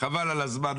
חבל על הזמן,